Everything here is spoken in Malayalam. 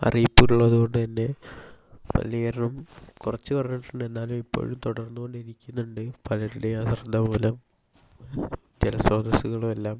അറിയിപ്പുള്ളതുകൊണ്ടു തന്നെ മലിനീകരണം കുറച്ച് കുറഞ്ഞിട്ടുണ്ട് എന്നാലും ഇപ്പോഴും തുടർന്ന് കൊണ്ടിരിക്കുന്നുണ്ട് പലരുടെയും അശ്രദ്ധ മൂലം ജലസ്രോതസ്സുകളും എല്ലാം